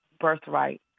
birthright